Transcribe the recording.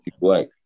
black